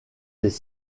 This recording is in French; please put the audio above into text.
des